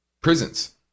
prisons